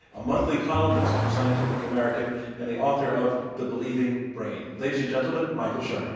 a monthly columnist for scientific american and the author of the believing brain. ladies and gentlemen, michael shermer.